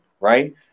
right